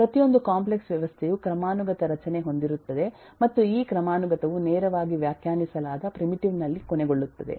ಪ್ರತಿಯೊಂದು ಕಾಂಪ್ಲೆಕ್ಸ್ ವ್ಯವಸ್ಥೆಯು ಕ್ರಮಾನುಗತ ರಚನೆ ಹೊಂದಿರುತ್ತದೆ ಮತ್ತು ಈ ಕ್ರಮಾನುಗತವು ನೇರವಾಗಿ ವ್ಯಾಖ್ಯಾನಿಸಲಾದ ಪ್ರಿಮಿಟಿವ್ ನಲ್ಲಿ ಕೊನೆಗೊಳ್ಳುತ್ತದೆ